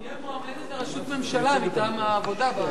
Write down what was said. היא המועמדת לראשות ממשלה מטעם העבודה.